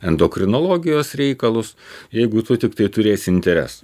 endokrinologijos reikalus jeigu tu tiktai turės interesą